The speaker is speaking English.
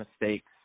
mistakes